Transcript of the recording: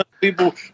people